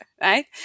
right